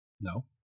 No